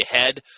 ahead